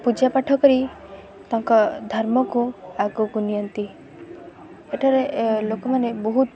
ପୂଜାପାଠ କରି ତାଙ୍କ ଧର୍ମକୁ ଆଗକୁ ନିଅନ୍ତି ଏଠାରେ ଲୋକମାନେ ବହୁତ